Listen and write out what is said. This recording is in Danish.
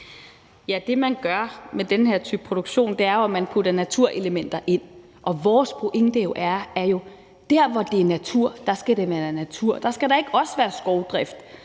Det, man gør med den her type produktion, er jo, at man putter naturelementer ind i den. Vores pointe er jo, at der, hvor det er natur, skal det være natur. Der skal der ikke også være skovdrift.